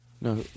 No